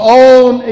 own